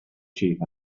chief